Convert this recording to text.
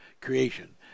creation